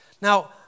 Now